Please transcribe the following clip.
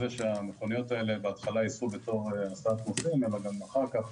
כך שהמכוניות האלה ייסעו בהתחלה בתור הסעת נוסעים אלא גם אחר כך